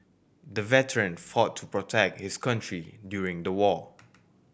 the veteran fought to protect his country during the war